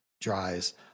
dries